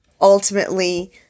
ultimately